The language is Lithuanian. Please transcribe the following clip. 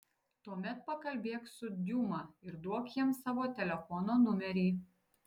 tuomet pakalbėk su diuma ir duok jiems savo telefono numerį